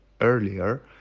earlier